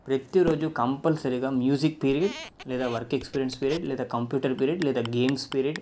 ప్రతి రోజు కంపల్సరిగా మ్యూజిక్ పిరియడ్ లేదా వర్క్ ఎక్సపీరియన్స్ పిరియడ్ లేదా కంప్యూటర్ పిరియడ్ లేదా గేమ్స్ పిరియడ్